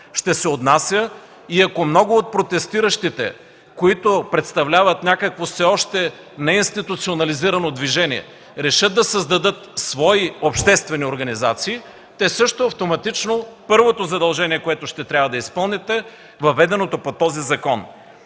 ще се отнася, и ако много от протестиращите, които представляват някакво все още неинституционализирано движение, решат да създадат свои обществени организации, те също автоматично, първото задължение, което ще трябва да изпълнят, е въведеното по този закон.